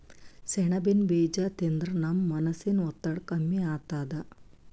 ಸೆಣಬಿನ್ ಬೀಜಾ ತಿಂದ್ರ ನಮ್ ಮನಸಿನ್ ಒತ್ತಡ್ ಕಮ್ಮಿ ಆತದ್